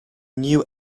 new